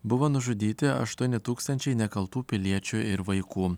buvo nužudyti aštuoni tūkstančiai nekaltų piliečių ir vaikų